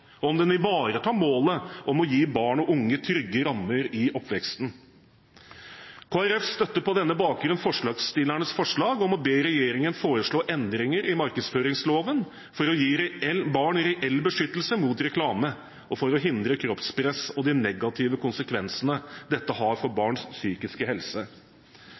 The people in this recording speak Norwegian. og om den ivaretar målet om å gi barn og unge trygge rammer i oppveksten. Kristelig Folkeparti støtter på denne bakgrunn forslagsstillernes forslag om å be regjeringen foreslå endring av markedsføringsloven for å gi barn reell beskyttelse mot reklame og for å hindre kroppspress og de negative konsekvensene dette har for barns psykiske helse.